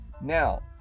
Now